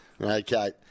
Okay